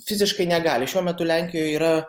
fiziškai negali šiuo metu lenkijoj yra